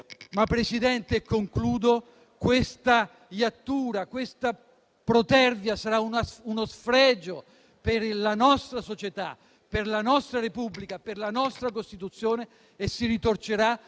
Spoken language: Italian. di potere. Ma questa iattura, questa protervia, sarà uno sfregio per la nostra società, per la nostra Repubblica, per la nostra Costituzione e si ritorcerà